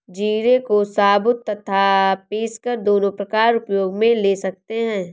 जीरे को साबुत तथा पीसकर दोनों प्रकार उपयोग मे ले सकते हैं